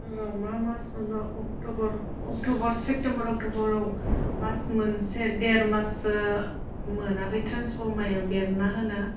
र' मा मासमोन अक्ट'बर सेप्टेम्बर अक्ट'बराव मास मोनसे देर माससो मोनाखौ ट्रेन्सफरमाया बेरना होना